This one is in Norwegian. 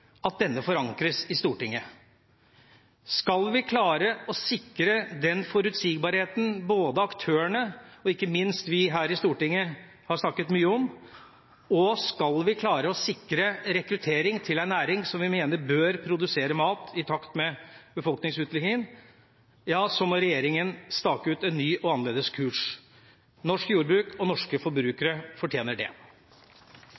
at denne forankres i Stortinget. Skal vi klare å sikre den forutsigbarheten som både aktørene og ikke minst vi her i Stortinget har snakket mye om, og skal vi klare å sikre rekruttering til en næring som vi mener bør produsere mat i takt med befolkningsutviklinga, må regjeringa stake ut en ny og annerledes kurs. Norsk jordbruk og norske